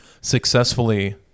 successfully